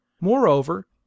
Moreover